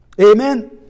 Amen